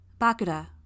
Bakuda